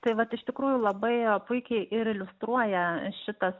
tai vat iš tikrųjų labai puikiai ir iliustruoja šitas